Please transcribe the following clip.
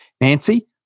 Nancy